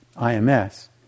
IMS